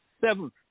seventh